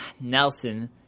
Nelson